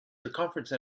circumference